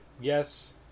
Yes